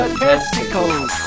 testicles